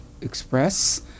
express